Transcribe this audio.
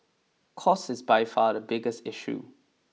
cost is by far the biggest issue